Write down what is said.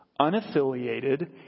unaffiliated